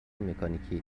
مکانیکی